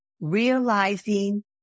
realizing